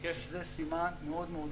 וזה סימן מאוד טוב.